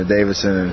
Davidson